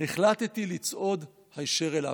החלטתי לצעוד היישר אליו".